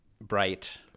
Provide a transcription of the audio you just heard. bright